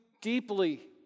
deeply